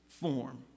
form